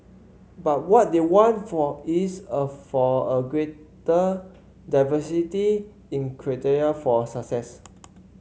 but what they want for is a for a greater diversity in criteria for success